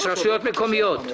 בקשה מס' 18-025 רשויות מקומיות.